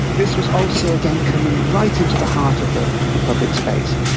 this was also, again, coming right into the heart of the the public space.